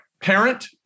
parent